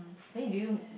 then did you